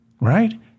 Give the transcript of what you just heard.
right